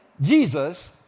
Jesus